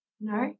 no